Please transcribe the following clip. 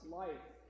life